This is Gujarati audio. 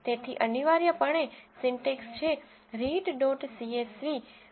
તેથી અનિવાર્યપણે સિન્ટેક્સ છે રીડ ડોટ સીએસવીread